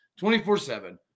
24-7